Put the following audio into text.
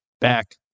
back